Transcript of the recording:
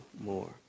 more